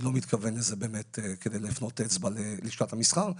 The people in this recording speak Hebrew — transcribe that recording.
ואני לא מתכוון באמת להפנות אצבע ללשכת המסחר.